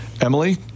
Emily